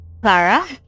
Clara